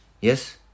Yes